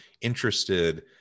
interested